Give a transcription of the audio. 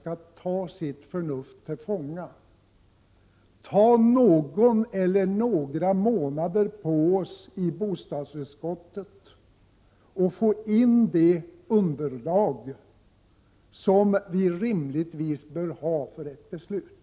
1987/88:46 att bostadsutskottet skulle ta någon eller några månader på sig för att få indet 16 december 1987 underlag som vi rimligtvis bör ha för ett beslut.